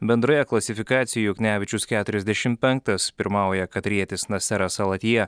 bendroje klasifikacijoj juknevičius keturiasdešim penktas pirmauja katarietis naseras alatija